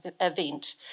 event